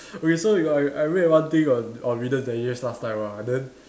okay so I I read one thing on on readers' digest last time ah then